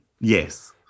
Yes